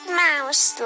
mouse